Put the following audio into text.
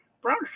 Brown